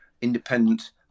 independent